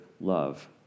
love